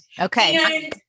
Okay